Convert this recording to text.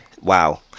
wow